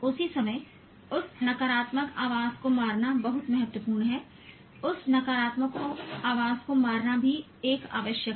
उसी समय उस नकारात्मक आवाज़ को मारना बहुत महत्वपूर्ण है उस नकारात्मक आवाज़ को मारना भी एक आवश्यक है